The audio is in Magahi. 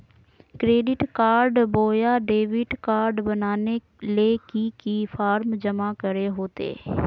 क्रेडिट कार्ड बोया डेबिट कॉर्ड बनाने ले की की फॉर्म जमा करे होते?